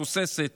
תוססת,